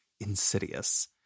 insidious